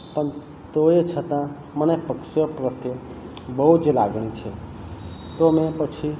પણ તો એ છતાં મને પક્ષીઓ પ્રત્યે બહુ જ લાગણી છે તો મેં પછી